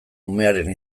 umearen